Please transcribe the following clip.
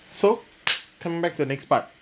so come back to the next part